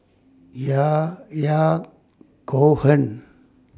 Yahya Cohen